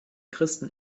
christen